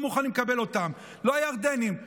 לא רוצים סבבים,